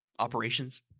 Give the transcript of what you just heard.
Operations